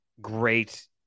great